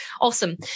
awesome